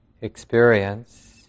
experience